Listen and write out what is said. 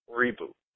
reboot